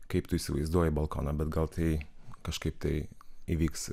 kaip tu įsivaizduoji balkoną bet gal tai kažkaip tai įvyks